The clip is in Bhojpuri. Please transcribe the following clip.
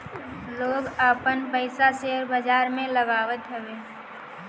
लोग आपन पईसा शेयर बाजार में लगावत हवे